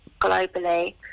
globally